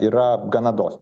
yra gana dos